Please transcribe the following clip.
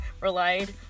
relied